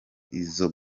izo